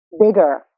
bigger